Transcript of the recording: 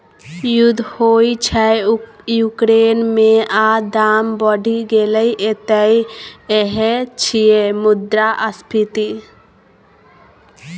युद्ध होइ छै युक्रेन मे आ दाम बढ़ि गेलै एतय यैह छियै मुद्रास्फीति